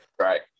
Right